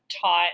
taught